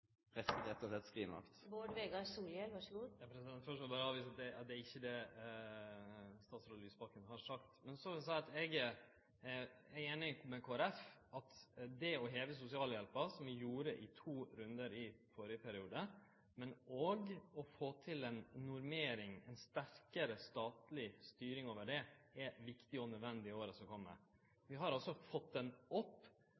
skrinlagt? Først må eg seie at det er ikkje det statsråd Lysbakken har sagt. Men så vil eg seie at eg er einig med Kristeleg Folkeparti i at det å heve sosialhjelpa, som vi gjorde i to rundar i den førre perioden, men òg å få til ei normering med ei sterkare statleg styring er viktig og nødvendig i åra som